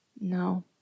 No